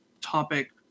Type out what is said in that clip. topic